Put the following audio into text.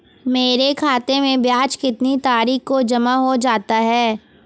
मेरे खाते में ब्याज कितनी तारीख को जमा हो जाता है?